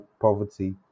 poverty